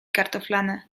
kartoflane